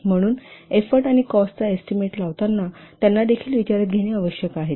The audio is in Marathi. म्हणूनएफोर्ट आणि कॉस्टचा एस्टीमेट लावताना त्यांना देखील विचारात घेणे आवश्यक आहे